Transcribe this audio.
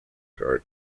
garden